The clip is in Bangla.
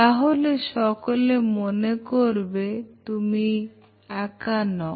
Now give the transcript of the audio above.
তাহলে সকলে মনে করবে আমি একা নই